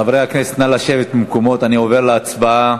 חברי הכנסת, נא לשבת במקומות, אני עובר להצבעה.